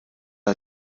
hat